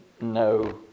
no